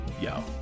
yo